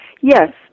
Yes